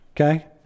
Okay